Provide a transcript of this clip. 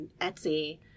Etsy